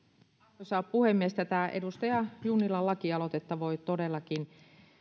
arvoisa puhemies tätä edustaja junnilan lakialoitetta voi todellakin